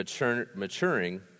maturing